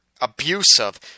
abusive